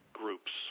groups